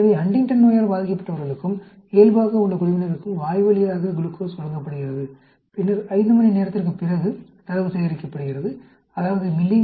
எனவே ஹண்டிங்டன் நோயால் பாதிக்கப்பட்டவர்களுக்கும் இயல்பாக உள்ள குழுவினருக்கும் வாய்வழியாக குளுக்கோஸ் வழங்கப்படுகிறது பின்னர் 5 மணி நேரத்திற்குப் பிறகு தரவு சேகரிக்கப்படுகிறது அதாவது மி